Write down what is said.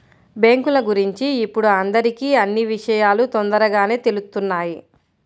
బ్యేంకుల గురించి ఇప్పుడు అందరికీ అన్నీ విషయాలూ తొందరగానే తెలుత్తున్నాయి